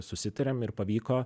susitarėm ir pavyko